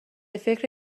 فکر